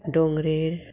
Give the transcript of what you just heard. डोंगरेर